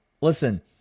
Listen